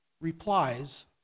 replies